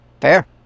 Fair